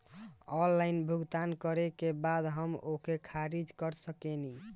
Online भुगतान करे के बाद हम ओके खारिज कर सकेनि?